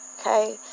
okay